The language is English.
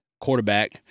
quarterback